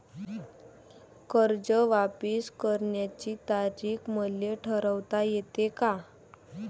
कर्ज वापिस करण्याची तारीख मले ठरवता येते का?